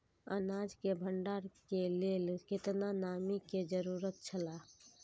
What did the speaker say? अनाज के भण्डार के लेल केतना नमि के जरूरत छला?